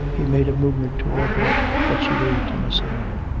he made a movement towards her but she waved him aside.